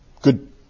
Good